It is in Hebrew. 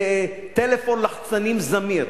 טלפון לחצנים "זמיר".